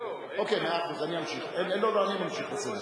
אין נמנעים.